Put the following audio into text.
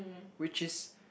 which is